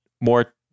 more